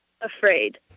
afraid